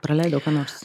praleidau ką nors